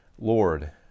Lord